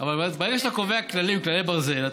אבל ברגע שאתה קובע כללי ברזל,